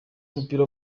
w’umupira